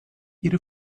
ihre